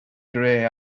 grey